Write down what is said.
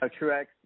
Truex